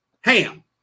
Ham